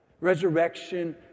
resurrection